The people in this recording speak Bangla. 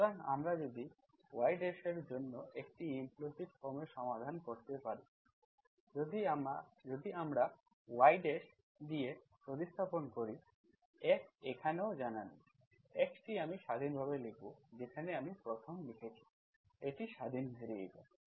সুতরাং আমরা যদি yএর জন্য একটি এক্সপ্লিসিট ফর্ম এ সমাধান করতে পারি যদি আমরা yfxyটি দিয়ে প্রতিস্থাপন করি F এখনও জানা নেই x টি আমি স্বাধীনভাবে লিখব যেখানেই আমি 1st লিখেছি এটি স্বাধীন ভ্যারিয়েবল